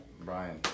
Brian